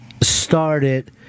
started